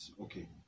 okay